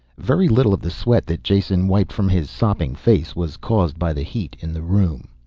very little of the sweat that jason wiped from his sopping face was caused by the heat in the room.